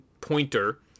pointer